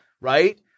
right